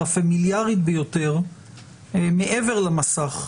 הפמיליארית ביותר מעבר למסך,